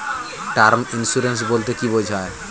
Term insurance বলতে কী বোঝায়?